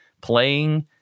playing